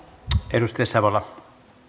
herra